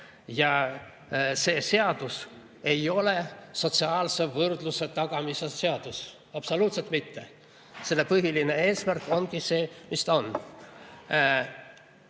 Ja see seadus ei ole sotsiaalse võrdsuse tagamise seadus. Absoluutselt mitte. Selle põhiline eesmärk ongi see, mis ta